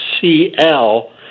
CL